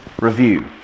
review